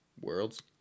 Worlds